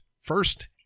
First